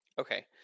Okay